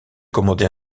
commander